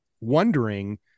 wondering